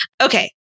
Okay